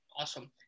Awesome